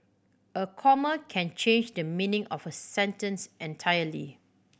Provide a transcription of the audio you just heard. a comma can change the meaning of a sentence entirely